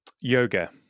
yoga